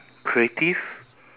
creative